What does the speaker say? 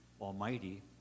almighty